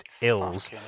ills